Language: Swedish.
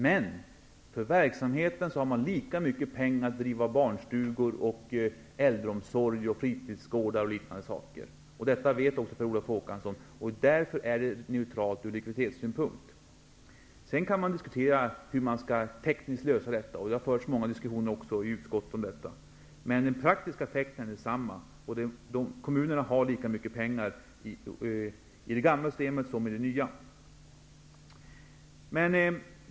Men man har lika mycket pengar att driva verksamhet för: barnstugor, äldreomsorg, fritidsgårdar och liknande saker. Därför är det neutralt ur likviditetssynpunkt. Det vet Per Olof Håkansson. Sedan kan man diskutera hur man tekniskt skall lösa detta. Det har förts många diskussioner i utskottet om det. Men den praktiska effekten är densamma. Kommunerna har lika mycket pengar i det gamla systemet som i det nya.